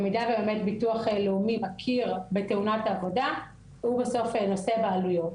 במידה וביטוח לאומי מכיר בתאונת העבודה הוא בסוף נושא בעלויות.